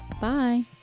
bye